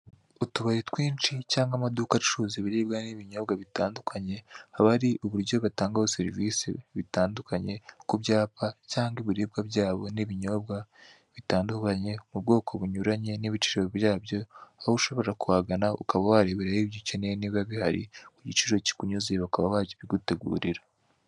Utubari twinshi cyangwa amaduka acuruza ibiribwa n'ibinyobwa bitandukanye, haba hari uburyo batangaho serivise bitandukanye, ku byapa cyangwa ibiribwa byabo n'ibinyobwa bitandukanye, ubwoko bunyuranye n'ibiciro byabyo, aho ushobora kuhagana ukaba wareberaho ibyo ukeneye niba bihari ku giciro kikunyuze bakaba bakigutegurira.